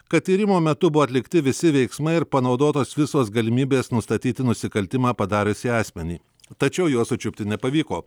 kad tyrimo metu buvo atlikti visi veiksmai ir panaudotos visos galimybės nustatyti nusikaltimą padariusį asmenį tačiau jo sučiupti nepavyko